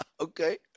Okay